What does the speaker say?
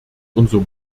unser